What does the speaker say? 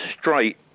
straight